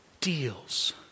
deals